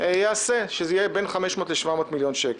ייעשה שזה יהיה בין 500 ל-700 מיליון שקל.